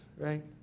right